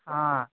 हाँ